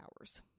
hours